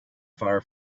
far